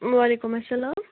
وعلیکُم السلام